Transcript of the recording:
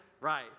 right